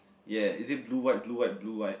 ya is it blue white blue white blue white